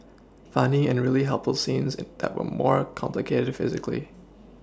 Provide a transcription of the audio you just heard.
funny and really helpful scenes it that were more complicated physically